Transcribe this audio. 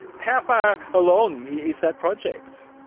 how far along yeah is that project?